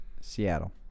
Seattle